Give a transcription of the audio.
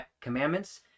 commandments